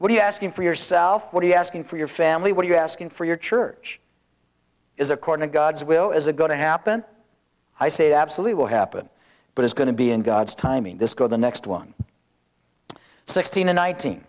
what are you asking for yourself what are you asking for your family what are you asking for your church is according to god's will as a go to happen i say it absolutely will happen but it's going to be in god's timing this go the next one sixteen and nineteen